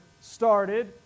started